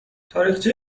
تاریخچه